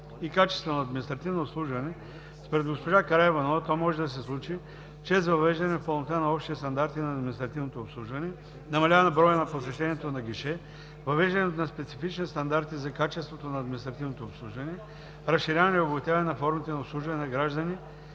и качествено административно обслужване, според госпожа Караиванова то може да се случи чрез въвеждане в пълнота на общите стандарти на административното обслужване; намаляване броя на посещенията на гише; въвеждане на специфични стандарти за качеството на административното обслужване; разширяване и обогатяване на формите на обслужване на граждани